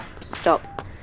Stop